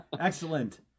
Excellent